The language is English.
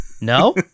No